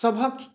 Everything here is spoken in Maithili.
सभक